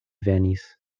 venis